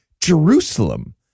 Jerusalem